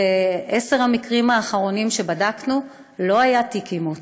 בעשרת המקרים האחרונים שבדקנו לא היה תיק אימוץ,